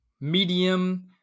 Medium